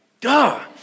Duh